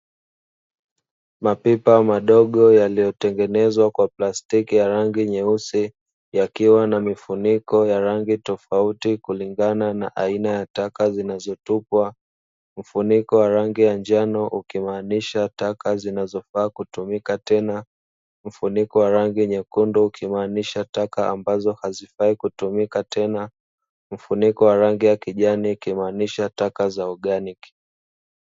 Mapipa madogo yaliyotengenezwa kwa plastiki ya rangi nyeusi yakiwa na mifuniko ya rangi tofauti kulingana na aina ya taka zinazotupwa, mfuniko wa rangi ya njano ukimaanisha taka zinazofaa kutumika tena, mfuniko wa rangi nyekundu ikimaanisha taka ambazo hazifai kutumika tena, mfuniko wa rangi ya kijani ikimaanisha taka za oganiki.